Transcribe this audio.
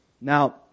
Now